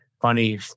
funny